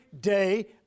day